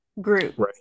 group